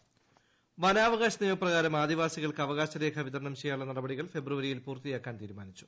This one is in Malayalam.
വനാവകാശ രേഖ വനാവകാശ നിയമപ്രകാരം ആദിവാസികൾക്ക് അവകാശ രേഖ വിതരണം ചെയ്യാനുള്ള നടപടികൾ ഫെബ്രുവരിയിൽ പൂർത്തിയാക്കാൻ തീരുമാനിച്ചു